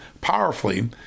powerfully